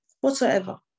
whatsoever